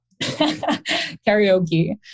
Karaoke